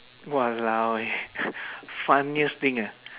!walao! eh funniest thing ah